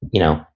you know,